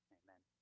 amen